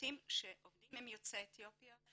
לצוותים שעובדים עם יוצאי אתיופיה,